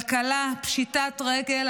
כלכלה, פשיטת רגל.